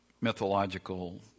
mythological